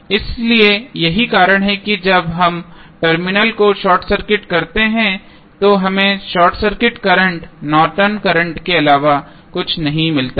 इसलिए यही कारण है कि जब हम टर्मिनल को शॉर्ट सर्किट करते हैं तो हमें short circuit current Norton current Nortons current के अलावा कुछ नहीं मिलता है